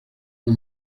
una